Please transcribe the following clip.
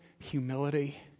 humility